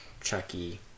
Chucky